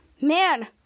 man